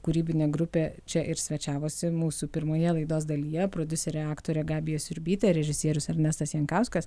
kūrybinė grupė čia ir svečiavosi mūsų pirmoje laidos dalyje prodiuserė aktorė gabija siurbytė režisierius ernestas jankauskas